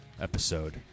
episode